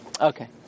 Okay